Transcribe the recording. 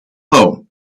home